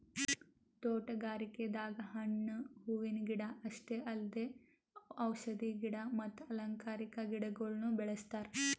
ತೋಟಗಾರಿಕೆದಾಗ್ ಹಣ್ಣ್ ಹೂವಿನ ಗಿಡ ಅಷ್ಟೇ ಅಲ್ದೆ ಔಷಧಿ ಗಿಡ ಮತ್ತ್ ಅಲಂಕಾರಿಕಾ ಗಿಡಗೊಳ್ನು ಬೆಳೆಸ್ತಾರ್